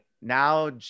now